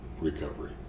recovery